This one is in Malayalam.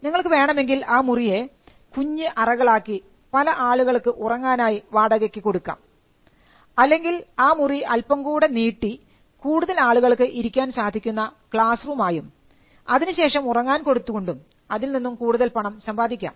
നിങ്ങൾക്ക് വേണമെങ്കിൽ ആ മുറിയെ കുഞ്ഞു അറകൾ ആക്കി പല ആളുകൾക്ക് ഉറങ്ങാനായി വാടകയ്ക്ക് കൊടുക്കാം അല്ലെങ്കിൽ ആ മുറി അല്പം കൂടെ നീട്ടി കൂടുതൽ ആളുകൾക്ക് ഇരിക്കാൻ സാധിക്കുന്ന ക്ലാസ് റൂം ആയും അതിനുശേഷം ഉറങ്ങാൻ കൊടുത്തു കൊണ്ടും അതിൽനിന്നും കൂടുതൽ പണം സമ്പാദിക്കാം